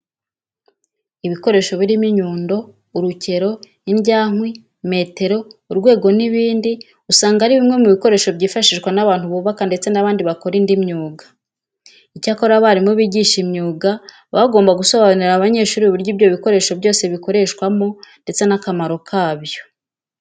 Ibikoresho birimo inyundo, urukero, indyankwi, metero, urwego n'ibindi usanga ari bimwe mu bikoresho byifashishwa n'abantu bubaka ndetse n'abandi bakora indi myuga. Icyakora abarimu bigisha imyuga baba bagomba gusobanurira abanyeshuri uburyo ibyo bikoresho byose bikoreshwamo ndetse n'akamaro kabyo.